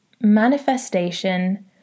Manifestation